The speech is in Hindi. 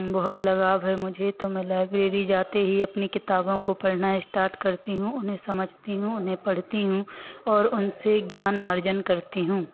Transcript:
बहुत लगाव है मुझे तो मैं लाइब्रेरी जाते ही अपनी किताबों को पढ़ना स्टार्ट करती हूँ उन्हें समझती हूँ उन्हें पढ़ती हूँ और उनसे ज्ञानार्जन करती हूँ